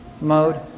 mode